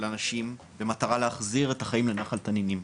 אנשים במטרה להחזיר את החיים לנחל תנינים.